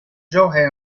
joe